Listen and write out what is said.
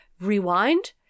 rewind